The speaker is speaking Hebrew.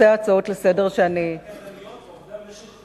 אני נאמנה לנושא ההצעות לסדר-היום שאני,